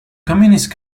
communist